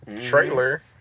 trailer